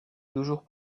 toujours